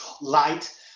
light